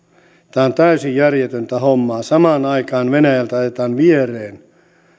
tämä on täysin järjetöntä hommaa samaan aikaan venäjältä ajetaan viereen